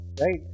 Right